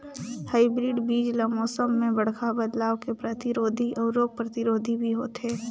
hybrid बीज ल मौसम में बड़खा बदलाव के प्रतिरोधी अऊ रोग प्रतिरोधी भी होथे